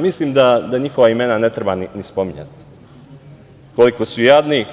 Mislim da njihova imena ne treba ni spominjati koliko su jadni